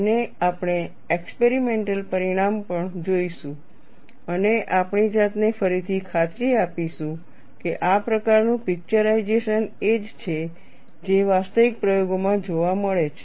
અને આપણે એક્સપેરિમેન્ટલ પરિણામ પણ જોઈશું અને આપણી જાતને ફરીથી ખાતરી આપીશું કે આ પ્રકારનું પિક્ચરઇઝેશન એ જ છે જે વાસ્તવિક પ્રયોગોમાં જોવા મળે છે